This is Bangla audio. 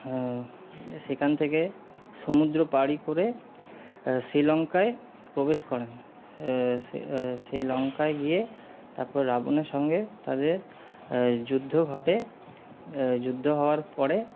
সেখান থেকে সমুদ্র পাড়ি করে শ্রীলঙ্কায় প্রবেশ করেন শ্রীলঙ্কায় গিয়ে তারপর রাবণের সঙ্গে তাদের যুদ্ধ ঘটে যুদ্ধ হওয়ার পরে